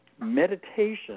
meditation